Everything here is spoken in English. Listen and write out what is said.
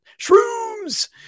shrooms